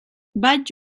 vaig